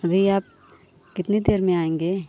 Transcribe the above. अभी आप कितनी देर में आएँगे